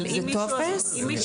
מול